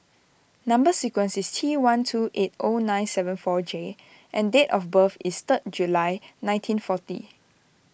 Number Sequence is T one two eight O nine seven four J and date of birth is third July nineteen forty